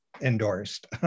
endorsed